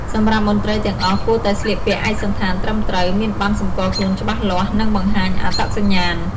សម្រាប់មន្ត្រីទាំងអស់គួរតែស្លៀកពាក់ឯកសណ្ឋានត្រឹមត្រូវ មានប័ណ្ណសម្គាល់ខ្លួនច្បាស់លាស់ និងបង្ហាញអត្តសញ្ញាណ។